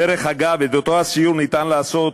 דרך אגב, את אותו הסיור ניתן לעשות,